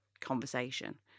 conversation